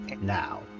now